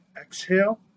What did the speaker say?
exhale